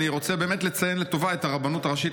אני רוצה לציין לטובה את הרבנות הראשית